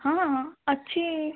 ହଁ ହଁ ଅଛି